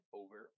over